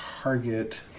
target